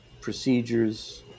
procedures